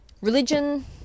religion